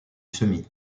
semis